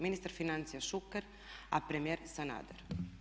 Ministar financija Šuker, a premijer Sanader.